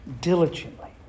diligently